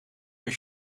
mijn